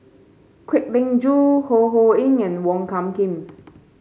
Kwek Leng Joo Ho Ho Ying and Wong Hung Khim